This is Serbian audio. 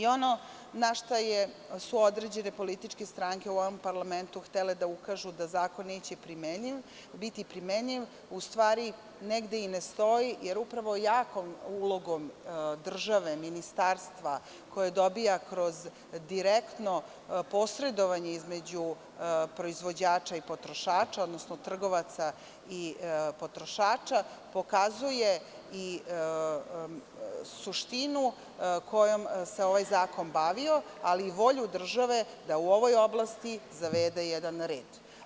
Ono na šta su određene političke stranke u ovom parlamentu htele da ukažu, da zakon neće biti primenljivi, u stvari negde i ne stoji, jer upravo jakom ulogom države i ministarstva koje dobija kroz direktno posredovanje između proizvođača i potrošača, odnosno trgovaca i potrošača, pokazuje se i suština kojom se ovaj zakon bavio, ali i volja države da u ovoj oblasti zavede jedan red.